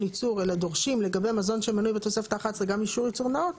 ייצור אלא דורשים לגבי מזון שמנוי בתוספת האחת עשרה גם אישור ייצור נאות,